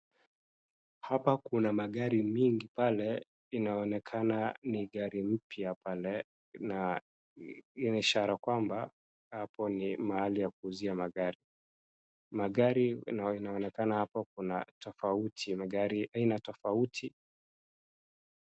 Hapa kuna magari mingi pale, inaonekana ni gari mpya pale na ni ishara kwamba hapo ni mahali ya kuuzia magari. Magari inaonekana hapo kuna tofauti, magari aina tofauti.